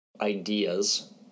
ideas